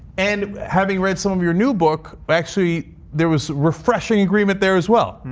and having read some of your new book. actually, there was refreshing agreement there, as well.